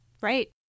Right